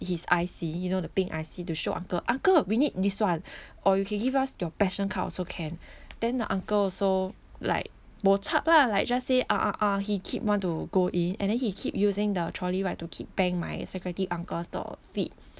his I_C you know the pink I_C to show uncle uncle we need this one or you can give us your passion card also can then the uncle also like bochup lah like just say ah ah ah he keep want to go in and then he keep using the trolley right to keep bang my security uncle's the feet